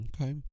Okay